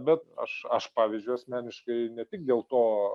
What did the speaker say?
bet aš aš pavyzdžiui asmeniškai ne tik dėl to